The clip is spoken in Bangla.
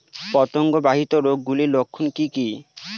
পতঙ্গ বাহিত রোগ গুলির লক্ষণ কি কি?